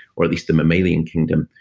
or at least the mammalian kingdom.